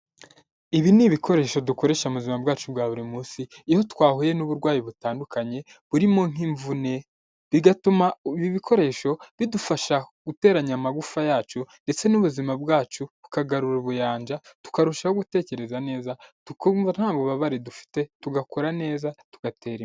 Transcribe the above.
Ibi ni ibikoresho dukoresha mu buzima bwacu bwa buri munsi, iyo twahuye n'uburwayi butandukanye burimo nk'imvune, bigatuma ibi bikoresho bidufasha guteranya amagufa yacu, ndetse n'ubuzima bwacu tukagarura ubuyanja, tukarushaho gutekereza neza tukumva nta bubabare dufite, tugakora neza tugatera imbere.